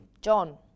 John